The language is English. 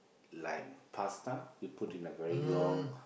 like pasta you put in a very long